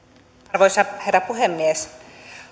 arvoisa herra puhemies